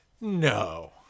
no